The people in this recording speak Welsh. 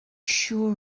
siŵr